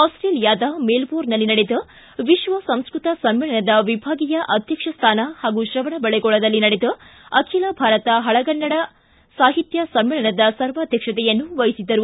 ಆಸ್ಟೇಲಿಯಾದ ಮೆಲ್ಟೋರ್ನ್ನಲ್ಲಿ ನಡೆದ ವಿಶ್ವಸಂಸ್ಕೃತ ಸಮ್ಮೇಳನದ ವಿಭಾಗೀಯ ಅಧ್ಯಕ್ಷ ಸ್ಥಾನ ಹಾಗೂ ತ್ರವಣಬೆಳಗೊಳದಲ್ಲಿ ನಡೆದ ಅಖಿಲ ಭಾರತ ಹಳಗನ್ನಡ ಸಾಹಿತ್ಯ ಸಮ್ಮೇಳನದ ಸರ್ವಾಧ್ಯಕ್ಷತೆಯನ್ನು ವಹಿಸಿದ್ದರು